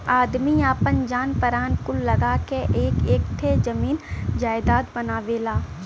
आदमी आपन जान परान कुल लगा क एक एक ठे जमीन जायजात बनावेला